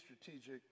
strategic